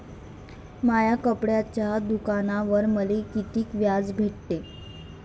माया कपड्याच्या दुकानावर मले कितीक व्याज भेटन?